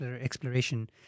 exploration